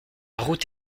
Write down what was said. route